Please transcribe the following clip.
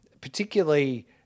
particularly